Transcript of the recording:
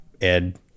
Ed